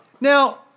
Now